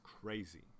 crazy